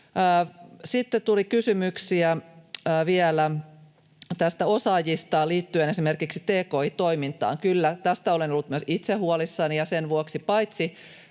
Sitten tuli kysymyksiä vielä osaajista liittyen esimerkiksi tki-toimintaan. Kyllä, tästä olen ollut myös itse huolissani, ja sen vuoksi